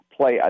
play